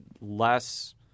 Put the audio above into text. less